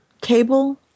cable